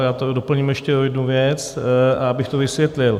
Já to doplním ještě o jednu věc, abych to vysvětlil.